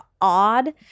odd